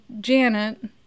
Janet